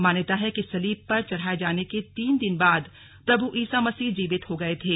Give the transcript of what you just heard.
मान्यता है कि सलीब पर चढ़ाए जाने के तीन दिन बाद प्रभु ईसा मसीह जीवित हो गए थे